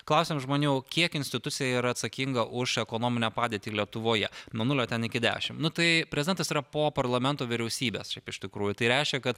klausėm žmonių kiek institucija yra atsakinga už ekonominę padėtį lietuvoje nuo nulio ten iki dešimt nu tai prezidentas yra po parlamento vyriausybės šiaip iš tikrųjų tai reiškia kad